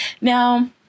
Now